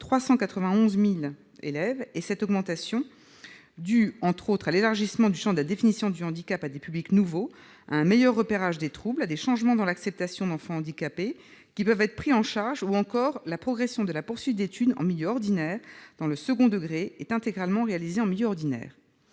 391 000. Cette augmentation, due, entre autres, à l'élargissement du champ de la définition du handicap à des publics nouveaux, à un meilleur repérage des troubles, à des changements dans l'acceptation d'enfants handicapés qui peuvent être pris en charge ou encore à la progression de la poursuite d'études en milieu ordinaire dans le second degré, est intégralement réalisée en milieu ordinaire.